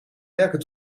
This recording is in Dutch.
werken